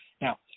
Now